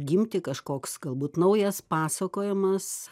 gimti kažkoks galbūt naujas pasakojamas